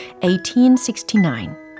1869